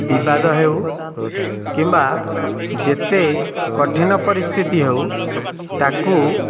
ବିବାଦ ହେଉ କିମ୍ବା ଯେତେ କଠିନ ପରିସ୍ଥିତି ହେଉ ତାକୁ